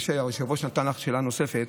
היושב-ראש נתן לך שאלה נוספת,